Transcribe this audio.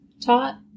taught